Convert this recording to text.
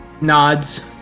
Nods